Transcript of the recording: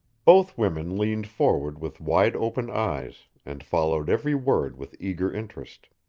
both women leaned forward with wide-open eyes, and followed every word with eager interest.